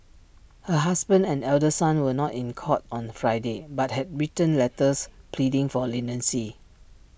her husband and elder son were not in court on Friday but had written letters pleading for leniency